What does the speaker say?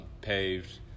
paved